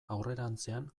aurrerantzean